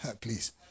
Please